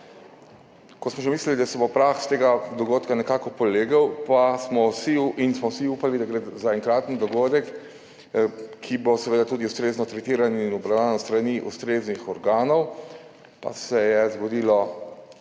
Ko smo že mislili, da se bo prah s tega dogodka nekako polegel in smo vsi upali, da gre za enkraten dogodek, ki bo seveda tudi ustrezno tretiran in obravnavan s strani ustreznih organov, pa se je zgodilo